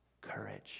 courage